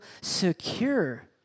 secure